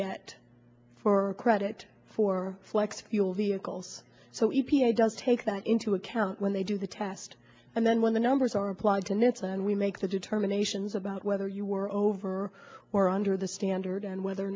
get for credit for flex fuel vehicles so e p a does take that into account when they do the test and then when the numbers are applied to this and we make the determinations about whether you were over or under the standard and whether or